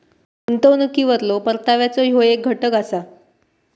गुंतवणुकीवरलो परताव्याचो ह्यो येक घटक असा